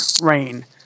rain